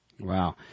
Wow